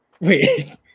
wait